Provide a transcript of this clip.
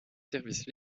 services